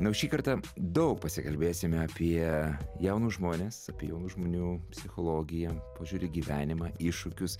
nau šį kartą daug pasikalbėsime apie jaunus žmones apie jaunų žmonių psichologiją požiūrį gyvenimą iššūkius